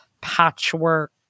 patchwork